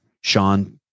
Sean